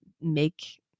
make